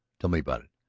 tell me about it.